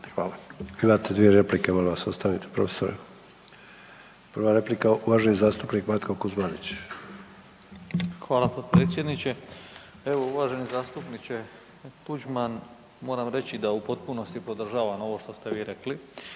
(HDZ)** Imate dvije replike. Molim vas ostanite profesore. Prva replika uvaženi zastupnik Matko Kuzmanić. **Kuzmanić, Matko (SDP)** Hvala potpredsjedniče. Evo uvaženi zastupniče Tuđman, moram reći da u potpunosti podržavam ovo što ste vi rekli